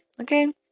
Okay